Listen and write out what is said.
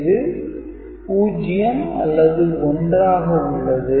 இது 0 அல்லது 1 ஆக உள்ளது